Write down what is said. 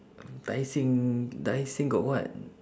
tai seng tai seng got what